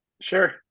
sure